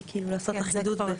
זה כדי לעשות אחידות.